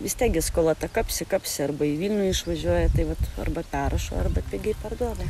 vis tiek gi skola ta kapsi kapsi arba į vilnių išvažiuoja tai vat arba perrašo arba pigiai parduoda